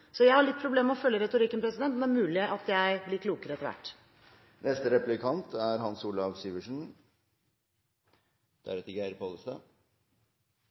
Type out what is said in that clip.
så er man bekymret over at man ikke gir nye lettelser i den andre enden. Jeg har litt problemer med å følge retorikken, men det er mulig at jeg blir klokere etter hvert.